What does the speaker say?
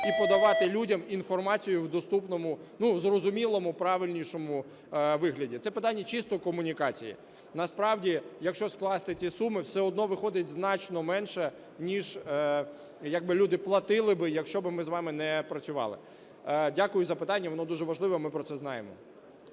і подавати людям інформацію в доступному, в зрозуміло, правильнішому вигляді. Це питання чисто комунікації. Насправді, якщо скласти ці суми, все одно виходить значно менше, ніж як би люди платили би, якщо ми з вами не працювали. Дякую за питання. Воно дуже важливе. Ми про це знаємо.